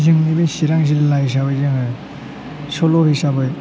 जोंनि बे चिरां जिल्ला हिसाबै जोङो सल' हिसाबै